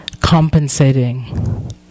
compensating